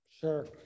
Sure